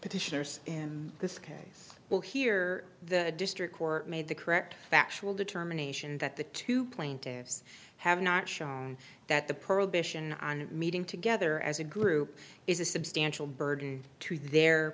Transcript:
petitioners in this case we'll hear the district court made the correct factual determination that the two plaintive have not shown that the prohibition on meeting together as a group is a substantial burden to their